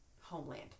homeland